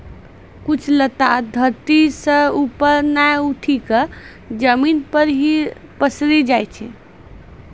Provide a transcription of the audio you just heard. कुछ लता धरती सं ऊपर नाय उठी क जमीन पर हीं पसरी जाय छै